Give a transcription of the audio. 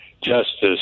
Justice